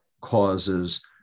causes